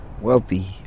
Wealthy